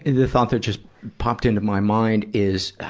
the thought that just popped into my mind is,